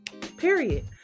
Period